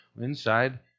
inside